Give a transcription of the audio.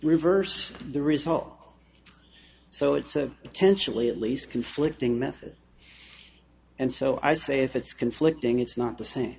reverse the result so it's a potentially at least conflicting method and so i say if it's conflicting it's not the same